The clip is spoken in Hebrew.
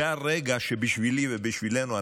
זה הרגע שבשבילי ובשבילנו,